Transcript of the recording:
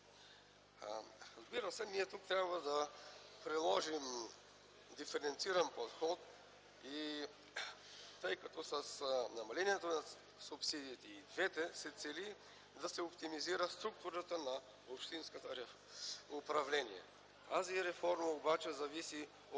Разбира се, ние тук трябва да приложим диференциран подход, тъй като с намалението на субсидиите – и двете, се цели да се оптимизира структурата на общинското управление. Тази реформа обаче зависи от